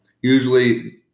usually